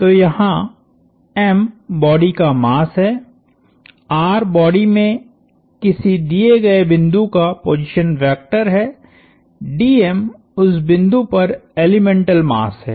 तो यहाँ M body का मास हैबॉडी में किसी दिए गए बिंदु का पोजीशन वेक्टर है उस बिंदु पर एलीमेंटल मास है